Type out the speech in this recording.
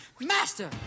Master